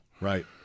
right